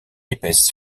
épaisse